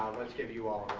let's give you all